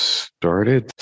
started